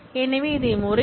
எனவே அதை முறையாக prereq